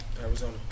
Arizona